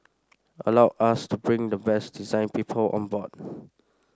allowed us to bring the best design people on board